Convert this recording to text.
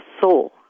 soul